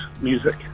Music